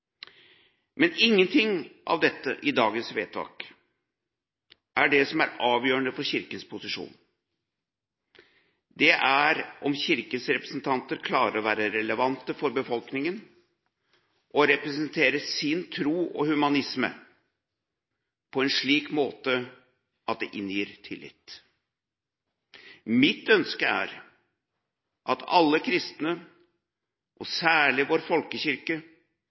Men ingenting i dagens vedtak er det som er avgjørende for Kirkens posisjon. Det er om Kirkens representanter klarer å være relevante for befolkningen og representere sin tro og humanisme på en slik måte at det inngir tillit. Mitt ønske er at alle kristne, og særlig vår folkekirke,